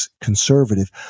conservative